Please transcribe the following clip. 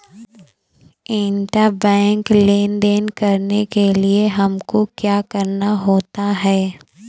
Intrabank लेन देन करने के लिए हमको क्या करना होता है?